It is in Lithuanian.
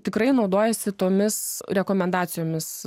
tikrai naudojasi tomis rekomendacijomis